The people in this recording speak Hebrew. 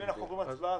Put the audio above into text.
אם אנחנו עוברים להצבעה,